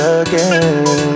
again